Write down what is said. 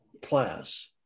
class